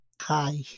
Hi